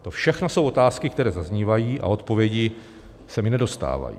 To všechno jsou otázky, které zaznívají a odpovědi se mi nedostávají.